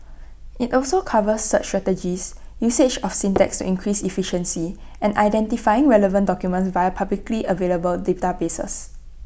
IT also covers search strategies usage of syntax to increase efficiency and identifying relevant documents via publicly available databases